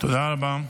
תודה רבה.